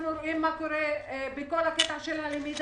אנחנו רואים מה קורה בכל הנוגע ללמידה.